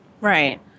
Right